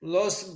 Los